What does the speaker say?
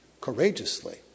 courageously